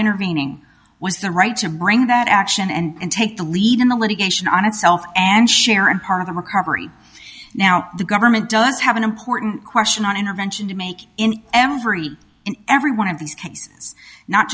intervening was the right to bring that action and take the lead in the litigation on itself and share and part of a recovery now the government does have an important question on intervention to make in every in every one of the